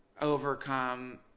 overcome